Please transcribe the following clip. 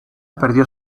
perdió